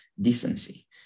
decency